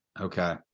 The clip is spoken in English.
Okay